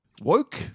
woke